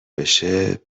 بشه